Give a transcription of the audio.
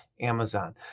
Amazon